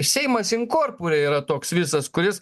seimas inkorpure yra toks visas kuris